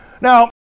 Now